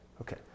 Okay